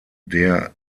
der